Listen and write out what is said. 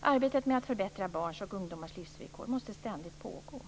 Arbetet med att förbättra barns och ungdomars livsvillkor måste ständigt pågå.